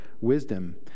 wisdom